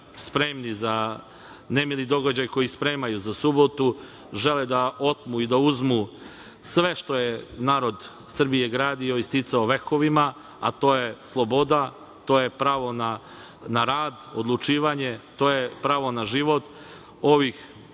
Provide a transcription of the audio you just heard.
spremnih za nemili događaj koji spremaju za subotu. Žele da otmu i da uzmu sve što je narod Srbije gradio i sticao vekovima, a to je sloboda, to je pravo na rad, odlučivanje, to je pravo na život.U ovim